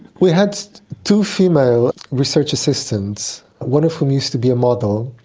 we had two female research assistants, one of whom used to be a model,